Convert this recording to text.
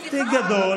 תיק גדול,